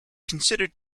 considered